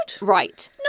Right